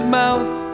mouth